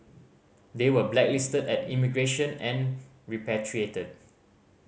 they were blacklisted at immigration and repatriated